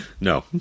no